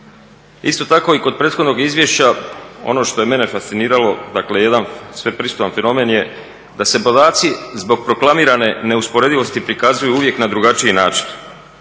Isto tako i kod prethodnog izvješća ono što je mene fasciniralo, dakle jedan sveprisutan fenomen je da se podaci zbog proklamirane neusporedivosti prikazuju uvijek na drugačiji način.